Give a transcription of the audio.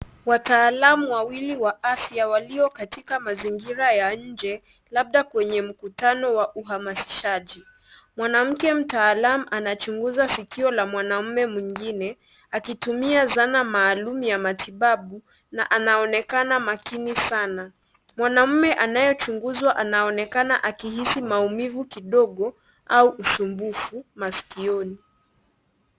Wataalamu wawili wa afya walio katika mazingira ya nje labda kwenye mkutano wa uhamasashisaji. Mwanamke mtaalam anachunguza sikio la mwanaumme mwingine akitumia zana maalum ya matibabu na anaonekana makini sana. Mwanamme anayechunguzwa anaonekana akihisi maumivu kidogo au usumbufu maskioni.